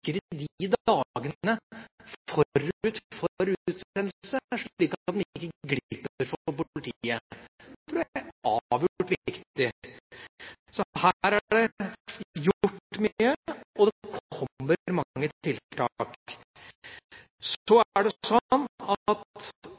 for å sikre dagene forut for utsendelse, slik at de ikke glipper for politiet. Det tror jeg er avgjort viktig. Så her er det gjort mye, og det kommer mange tiltak.